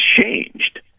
changed